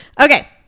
Okay